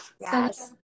yes